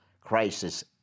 crisis